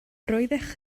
roeddech